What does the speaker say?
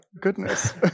goodness